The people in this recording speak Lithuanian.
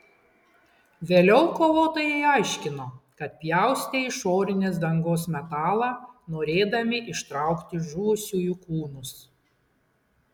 vėliau kovotojai aiškino kad pjaustė išorinės dangos metalą norėdami ištraukti žuvusiųjų kūnus